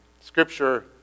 Scripture